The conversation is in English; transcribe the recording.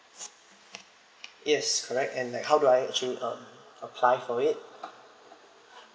yes correct and like how do I actually uh apply for it